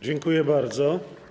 Dziękuję bardzo.